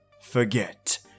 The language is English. forget